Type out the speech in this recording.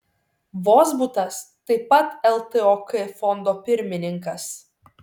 vozbutas taip pat ltok fondo pirmininkas